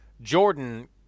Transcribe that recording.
jordan